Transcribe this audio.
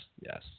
yes